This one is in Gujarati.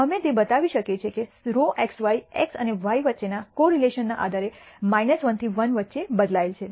અમે તે બતાવી શકે છે કેρxy x અને y વચ્ચેના કોરિલેશન ના આધારે 1 થી 1 વચ્ચે બદલાય છે